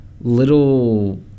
little